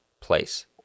place